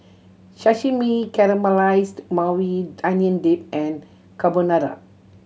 Sashimi Caramelized Maui Onion Dip and Carbonara